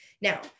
Now